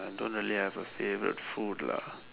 I don't really have a favourite food lah